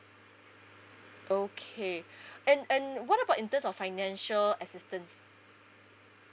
okay and and what about in terms of financial assistance